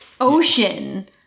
ocean